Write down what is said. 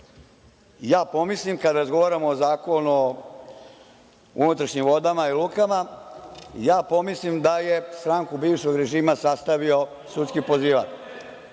ja pomislim, kada razgovaram o Zakonu o unutrašnjim vodama i u lukama, da je stranku bivšeg režima sastavio sudski pozivar.